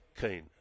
keen